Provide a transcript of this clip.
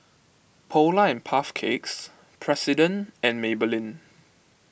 Polar and Puff Cakes President and Maybelline